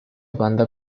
banda